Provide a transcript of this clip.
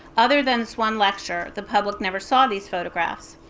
other than this one lecture, the public never saw these photographs.